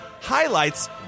highlights